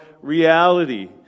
reality